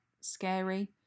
scary